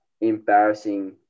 embarrassing